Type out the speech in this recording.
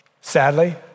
sadly